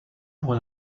pour